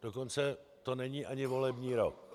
Dokonce to není ani volební rok.